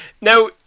Now